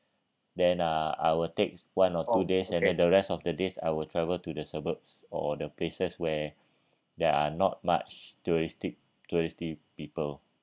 then uh I will take one or two days and then the rest of the days I will travel to the suburbs or the places where there are not much touristic touristy people